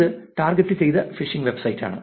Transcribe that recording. ഇത് ടാർഗെറ്റുചെയ്ത ഫിഷിംഗ് വെബ്സൈറ്റാണ്